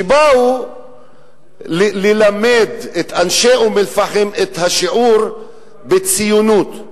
שבאו ללמד את אנשי אום-אל-פחם שיעור בציונות.